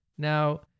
Now